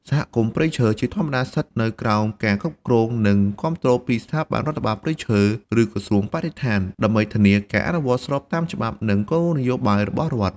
សហគមន៍ព្រៃឈើជាធម្មតាស្ថិតនៅក្រោមការគ្រប់គ្រង និងគាំទ្រពីស្ថាប័នរដ្ឋបាលព្រៃឈើ ឬក្រសួងបរិស្ថាន ដើម្បីធានាការអនុវត្តស្របតាមច្បាប់ និងគោលនយោបាយរបស់រដ្ឋ។